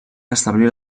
establí